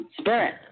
Spirit